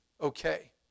okay